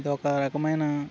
ఇదొక రకమైన